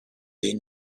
they